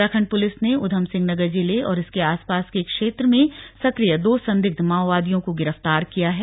Uttarakhand police ने ऊधमसिंह नगर जिले और इसके आसपास के क्षेत्र में सक्रिय दो संदिग्ध माओवादियों को गिरफ्तार किया है